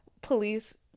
police